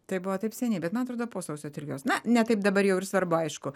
tai buvo taip seniai bet man atrodo po sausio tryliktos na ne taip dabar jau ir svarbu aišku